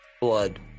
Blood